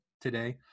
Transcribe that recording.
today